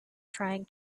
trying